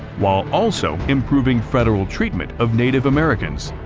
while also improving federal treatment of native americans.